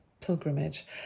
pilgrimage